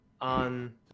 on